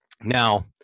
Now